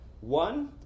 one